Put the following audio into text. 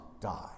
die